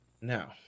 Now